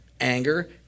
anger